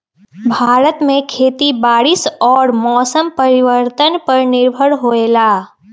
भारत में खेती बारिश और मौसम परिवर्तन पर निर्भर होयला